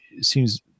Seems